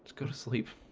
go to sleep